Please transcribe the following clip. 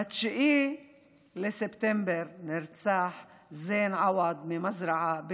ב-9 בספטמבר נרצח זיין עוואד ממזרעה,